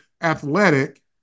athletic